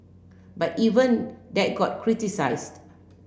but even that got criticised